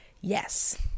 Yes